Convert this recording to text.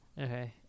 Okay